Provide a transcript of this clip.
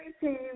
team